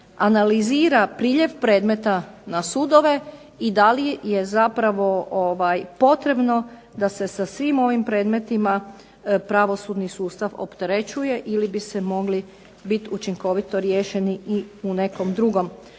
analizira priljev predmeta na sudove i da li je zapravo potrebno da se sa svim ovim predmetima pravosudni sustav opterećuje ili bi se mogli bit učinkovito riješeni i u nekom drugom postupku.